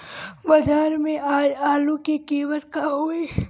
बाजार में आज आलू के कीमत का होई?